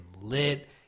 lit